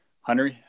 Hunter